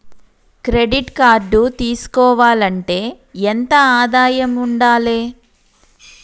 Credit card తీసుకోవాలంటే ఎంత ఆదాయం ఉండాలే?